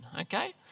okay